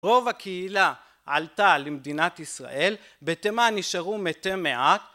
רוב הקהילה עלתה למדינת ישראל, בתימן נשארו מתי מעט